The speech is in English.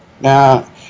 now